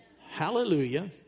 Hallelujah